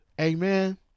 Amen